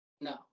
No